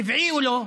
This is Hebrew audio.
טבעי או לא?